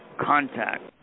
contact